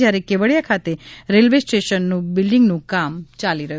જ્યારે કેવડીયા ખાતે રેલ્વે સ્ટેશનની બિલ્ડીંગનું કામ ચાલી રહ્યું છે